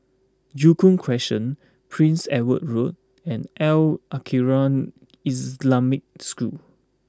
Joo Koon Crescent Prince Edward Road and Al Khairiah Islamic School